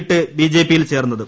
വിട്ട് ബിജെപിയിൽ ചേർന്നത്